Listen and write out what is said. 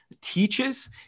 teaches